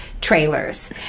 trailers